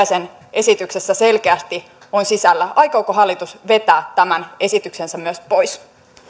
sen esityksessä selkeästi on sisällä aikooko hallitus vetää myös tämän esityksensä pois